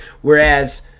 Whereas